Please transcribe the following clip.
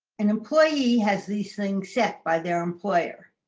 an employee has these things set by their employer.